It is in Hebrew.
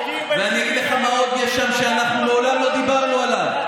ואני אגיד לך מה עוד יש שם שאנחנו מעולם לא דיברנו עליו,